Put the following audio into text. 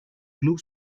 club